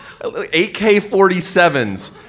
AK-47s